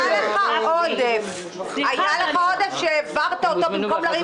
היה לך עודף שהעברת אותו במקום לריב